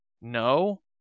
no